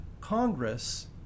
Congress